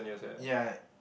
ya